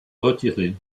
retiré